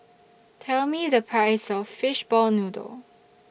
Tell Me The Price of Fishball Noodle